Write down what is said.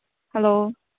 hello